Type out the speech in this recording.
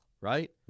right